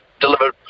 delivered